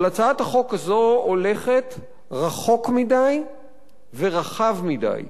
אבל הצעת החוק הזו הולכת רחוק מדי ורחב מדי.